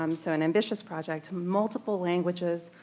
um so an ambitious project, multiple languages,